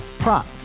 Prop